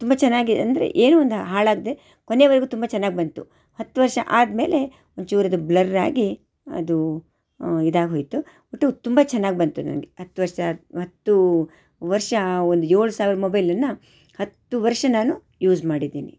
ತುಂಬ ಚೆನ್ನಾಗಿ ಅಂದರೆ ಏನೂ ಒಂದು ಹಾಳಾಗದೆ ಕೊನೇವರೆಗೂ ತುಂಬ ಚೆನ್ನಾಗಿ ಬಂತು ಹತ್ತು ವರ್ಷ ಆದ ಮೇಲೆ ಒಂದು ಚೂರು ಅದು ಬ್ಲರ್ ಆಗಿ ಅದು ಇದಾಗಿ ಹೋಯಿತು ಒಟ್ಟು ತುಂಬ ಚೆನ್ನಾಗಿ ಬಂತು ನನಗೆ ಹತ್ತು ವರ್ಷ ಹತ್ತು ವರ್ಷ ಒಂದು ಏಳು ಸಾವಿರ ಮೊಬೈಲುನ್ನ ಹತ್ತು ವರ್ಷ ನಾನು ಯೂಸ್ ಮಾಡಿದ್ದೀನಿ